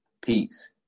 Peace